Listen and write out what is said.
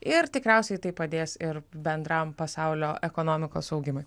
ir tikriausiai tai padės ir bendram pasaulio ekonomikos augimui